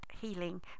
healing